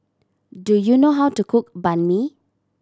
do you know how to cook Banh Mi